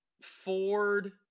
Ford